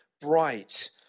bright